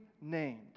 named